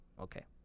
okay